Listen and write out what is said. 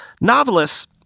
Novelists